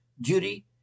Judy